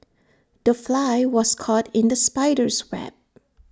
the fly was caught in the spider's web